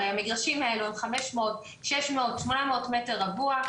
הרי המגרשים האלה אם 500, 600, 800 מ"ר.